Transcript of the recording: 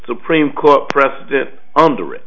supreme court precedent under it